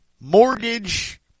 mortgage